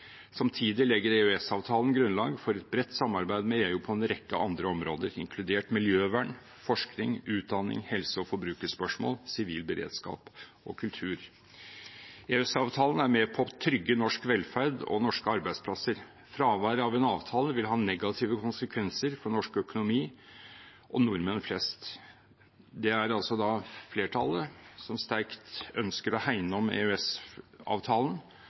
Samtidig legger EØS-avtalen grunnlag for et bredt samarbeid med EU på en rekke andre områder, inkludert miljøvern, forskning, utdanning, helse- og forbrukerspørsmål, sivil beredskap og kultur. EØS-avtalen er med på å trygge norsk velferd og norske arbeidsplasser. Fraværet av en avtale vil ha negative konsekvenser for norsk økonomi og for nordmenn flest. Det er flertallet som sterkt ønsker å hegne om